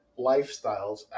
lifestyles